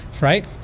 right